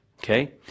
Okay